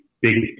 biggest